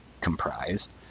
comprised